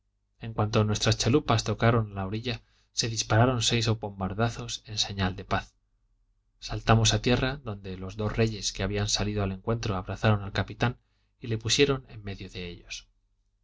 en cuanto nuestras chalupas tocaron a la orilla se dispararon seis bombardazos en señal de paz saltamos a tierra donde los dos reyes que habían salido al encuentro abrazaron al capitán y le pusieron en medio de ellos